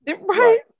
Right